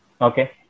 okay